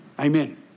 Amen